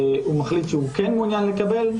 הוא מחליט שהוא כן מעוניין לקבל,